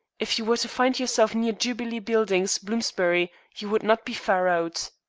if you were to find yourself near jubilee buildings, bloomsbury, you would not be far out.